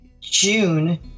June